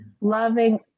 loving